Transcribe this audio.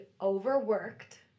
overworked